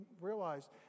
realized